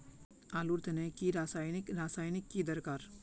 आलूर तने की रासायनिक रासायनिक की दरकार?